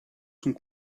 sont